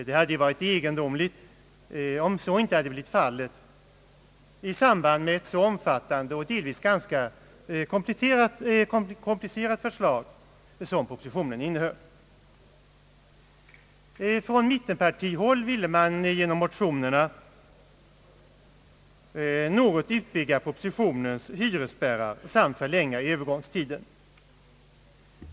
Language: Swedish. Det hade ju varit egendomligt om så inte hade blivit fallet i samband med ett så omfattande och delvis ganska komplicerat förslag som propositionen innehöll. Från mittenpartihåll ville man genom sina motioner något utbygga propositionens hyresspärrar samt förlänga Öövergångstiden.